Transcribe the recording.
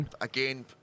again